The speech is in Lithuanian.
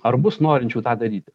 ar bus norinčių tą daryti